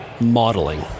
modeling